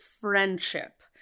friendship